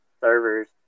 servers